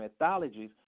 methodologies